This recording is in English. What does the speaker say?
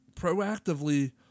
proactively